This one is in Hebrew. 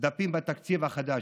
דפים בתקציב החדש,